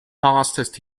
fastest